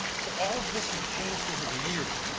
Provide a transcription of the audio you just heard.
so all of this has changed over the years.